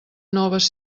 noves